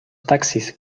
taxis